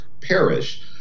perish